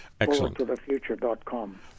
forwardtothefuture.com